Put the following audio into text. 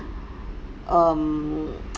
um